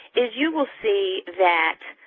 is you will see that